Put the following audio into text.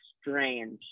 strange